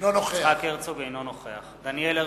אינו נוכח דניאל הרשקוביץ,